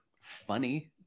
funny